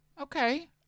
okay